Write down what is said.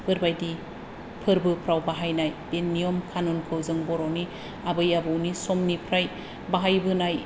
फोरबादि फोरबोफ्राव बाहायनाय बे नियम खानुनखौ जों बर'नि आबै आबौनि समनिफ्राय बाहायबोनाय